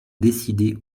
décider